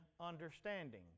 understanding